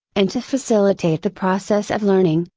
and to facilitate the process of learning,